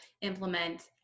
implement